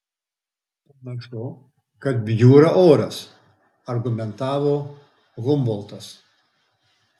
panašu kad bjūra oras argumentavo humboltas